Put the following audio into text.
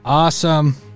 Awesome